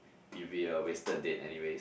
it'll be a wasted date anyways